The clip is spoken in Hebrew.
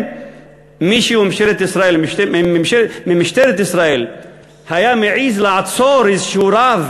מישהו ממשטרת ישראל היה מעז לעצור איזה רב